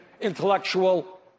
intellectual